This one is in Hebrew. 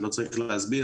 לא צריך להסביר